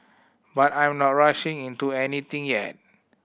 but I'm not rushing into anything yet